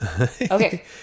Okay